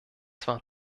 zwar